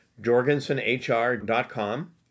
jorgensenhr.com